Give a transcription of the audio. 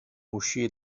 uscì